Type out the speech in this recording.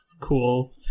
cool